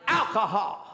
alcohol